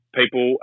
people